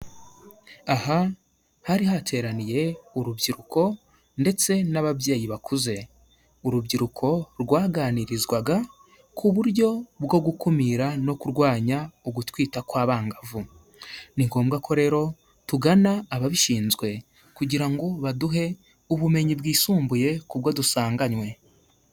Aha hari hateraniye urubyiruko ndetse n'ababyeyi bakuze, urubyiruko rwaganirizwaga ku buryo bwo gukumira no kurwanya ugutwita kw'abangavu, ni ngombwa ko rero tugana ababishinzwe kugira ngo baduhe ubumenyi bwisumbuye kubwo dusanganywe.